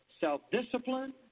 self-discipline